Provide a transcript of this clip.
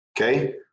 Okay